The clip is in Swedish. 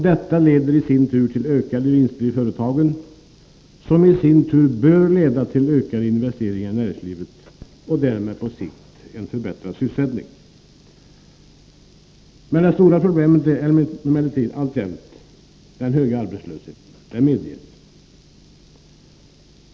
Detta leder till ökade vinster i företagen, vilket i sin tur bör leda till ökade investeringar i näringslivet och därmed på sikt en förbättrad sysselsättning. Det stora problemet är emellertid alltjämt den alltför höga arbetslösheten, det medges.